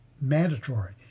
mandatory